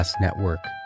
network